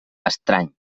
estrany